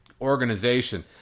organization